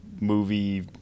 movie